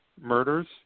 murders